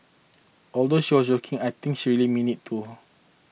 although she was joking I think she really meant it too